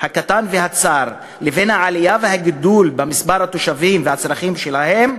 הקטן והצר לבין העלייה והגידול במספר התושבים והצרכים שלהם,